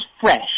fresh